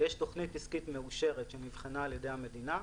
יש תוכנית עסקית מאושרת שנבחנה על ידי המדינה,